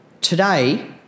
today